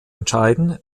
entscheiden